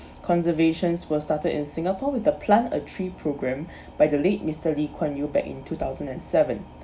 conservations were started in singapore with the plant-a-tree programme by the late mister lee-kuan-yew back in two thousand and seven